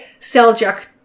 Seljuk